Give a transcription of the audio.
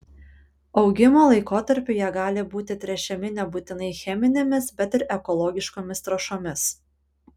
augimo laikotarpiu jie gali būti tręšiami nebūtinai cheminėmis bet ir ekologiškomis trąšomis